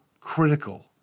critical